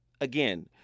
Again